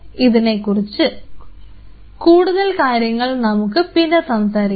ഇതിനെക്കുറിച്ച് കൂടുതൽ കാര്യങ്ങൾ നമുക്ക് പിന്നെ സംസാരിക്കാം